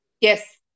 Yes